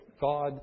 God